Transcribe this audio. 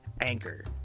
Anchor